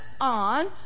on